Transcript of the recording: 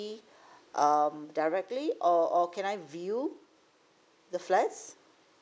um directly or or can I view the flats